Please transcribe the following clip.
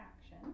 action